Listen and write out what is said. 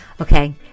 Okay